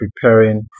preparing